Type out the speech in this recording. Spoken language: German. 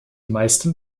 meisten